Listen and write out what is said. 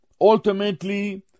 ultimately